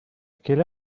quelle